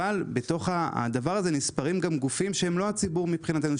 אבל בתוך הדבר הזה נספרים גם גופים שהם לא הציבור מבחינתנו,